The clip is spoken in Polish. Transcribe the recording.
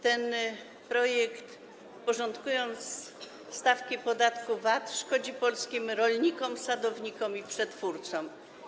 Ten projekt, porządkując stawki podatku VAT, szkodzi polskim rolnikom, sadownikom i przetwórcom.